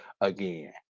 again